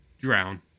drown